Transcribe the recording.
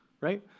Right